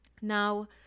Now